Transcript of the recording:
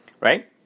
right